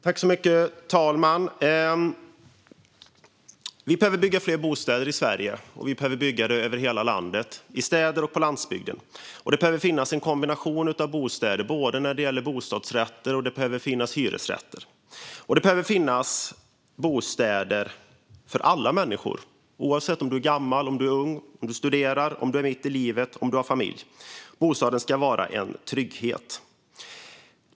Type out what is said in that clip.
Fru talman! Vi behöver bygga fler bostäder i Sverige, och vi behöver bygga över hela landet - i städer och på landsbygden. Det behöver finnas en kombination av bostäder, både bostadsrätter och hyresrätter. Det behöver finnas bostäder för alla människor, oavsett om man är gammal eller ung, om man studerar, om man är mitt i livet och om man har familj. Bostaden ska vara en trygghet.